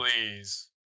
please